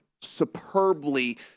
superbly –